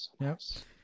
yes